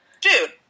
Dude